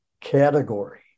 category